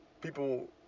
people